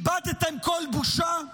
איבדתם כל בושה?